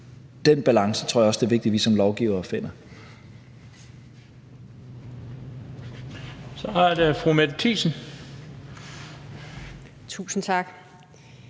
Den balance tror jeg også det er vigtigt vi som lovgivere finder.